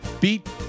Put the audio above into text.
beat